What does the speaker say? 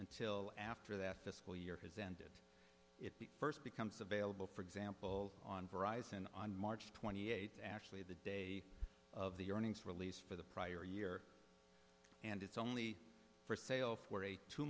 until after that fiscal year has ended it first becomes available for example on verizon on march twenty eighth actually the day of the earnings release for the prior year and it's only for sale for a two